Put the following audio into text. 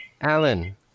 Alan